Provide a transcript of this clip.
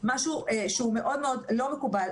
משהו שהוא מאוד מאוד לא מקובל,